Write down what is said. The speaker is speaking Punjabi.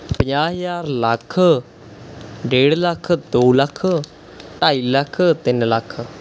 ਪੰਜਾਹ ਹਜ਼ਾਰ ਲੱਖ ਡੇਢ ਲੱਖ ਦੋ ਲੱਖ ਢਾਈ ਲੱਖ ਤਿੰਨ ਲੱਖ